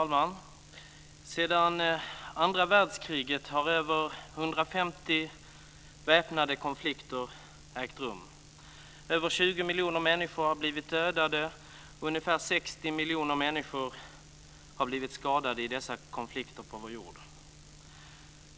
Fru talman! Sedan andra världskriget har över 150 väpnade konflikter ägt rum, över 20 miljoner människor har blivit dödade och ungefär 60 miljoner människor har blivit skadade i dessa konflikter på vår jord.